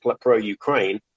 pro-Ukraine